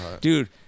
dude